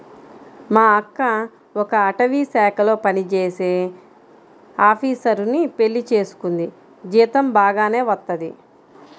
మా అక్క ఒక అటవీశాఖలో పనిజేసే ఆపీసరుని పెళ్లి చేసుకుంది, జీతం బాగానే వత్తది